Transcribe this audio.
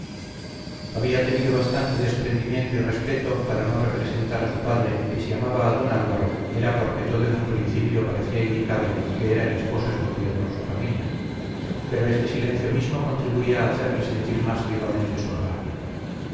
había tenido bastante desprendimiento y respeto para no representar a su padre que si amaba a don álvaro era porque todo en un principio parecía indicarle que era el esposo escogido por su familia pero este silencio mismo contribuía a hacerle sentir más vivamente su agravio